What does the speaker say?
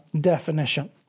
definition